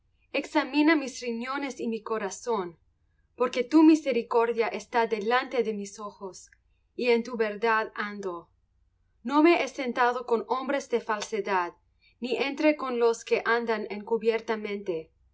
examina mis riñones y mi corazón porque tu misericordia está delante de mis ojos y en tu verdad ando no me he sentado con hombres de falsedad ni entré con los que andan encubiertamente